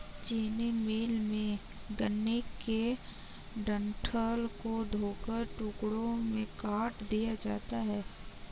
चीनी मिल में, गन्ने के डंठल को धोकर टुकड़ों में काट दिया जाता है